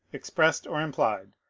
expressed or implied,